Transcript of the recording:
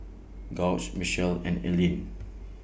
Gauge Michele and Eileen